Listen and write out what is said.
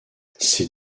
ces